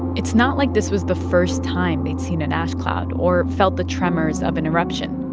it's not like this was the first time they'd seen an ash cloud or felt the tremors of an eruption.